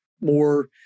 more